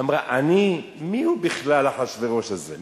ואמרה: מי הוא בכלל, אחשוורוש הזה?